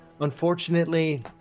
Unfortunately